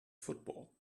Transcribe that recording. football